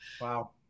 Wow